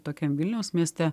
tokiam vilniaus mieste